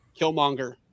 killmonger